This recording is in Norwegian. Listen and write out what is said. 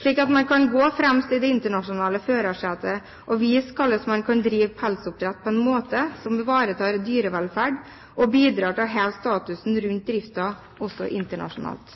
slik at man kan sitte fremst i det internasjonale førersetet og vise hvordan man kan drive pelsoppdrett på en måte som ivaretar dyrevelferd og bidrar til å heve statusen rundt driften, også internasjonalt.